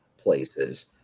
places